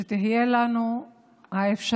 שתהיה לנו האפשרות